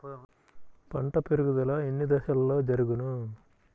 పంట పెరుగుదల ఎన్ని దశలలో జరుగును?